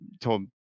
told